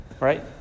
Right